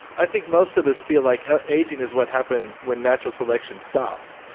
i think most of us feel like ah aging is what happens when natural selection stops.